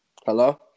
Hello